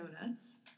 Donuts